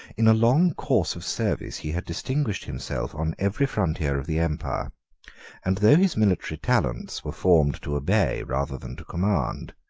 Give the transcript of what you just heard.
in a long course of service, he had distinguished himself on every frontier of the empire and though his military talents were formed to obey rather than to command,